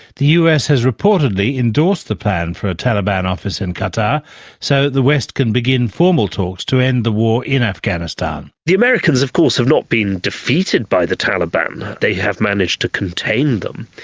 the us has reportedly endorsed the plan for a taliban office in qatar so the west can begin formal talks to end the war in afghanistan. the americans of course have not been defeated by the taliban. they have managed to contain them.